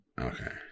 Okay